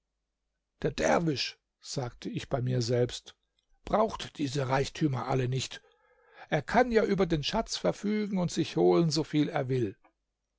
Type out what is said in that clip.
der derwisch sagte ich bei mir selbst braucht diese reichtümer alle nicht er kann ja über den schatz verfügen und sich holen so viel er will